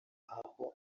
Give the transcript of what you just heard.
aho